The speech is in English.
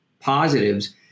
positives